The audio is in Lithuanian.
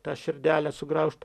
tą širdelę sugraužt